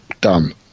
Done